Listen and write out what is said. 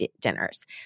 dinners